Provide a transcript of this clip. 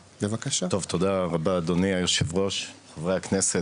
טוב, תודה רבה אדוני יושב הראש, חברי הכנסת.